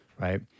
Right